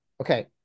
okay